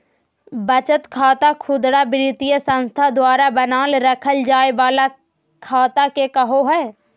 बचत खाता खुदरा वित्तीय संस्था द्वारा बनाल रखय जाय वला खाता के कहो हइ